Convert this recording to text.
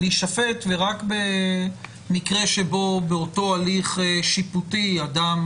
ורק במקרה שבאותו הליך שיפוטי אדם